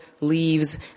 leaves